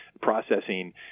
processing